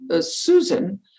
Susan